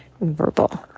verbal